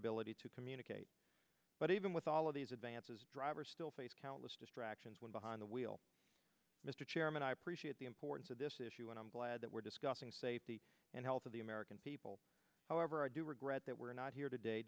ability to communicate but even with all of these advances drivers still face countless distractions when behind the wheel mr chairman i appreciate the importance of this issue and i'm glad that we're discussing safety and health of the american people however i do regret that we're not here today